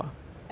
hello